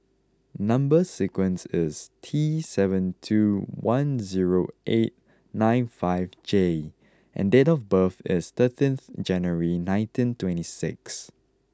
number sequence is T seven two one zero eight nine five J and date of birth is thirteen January nineteen twenty six